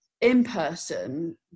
in-person